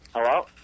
Hello